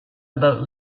about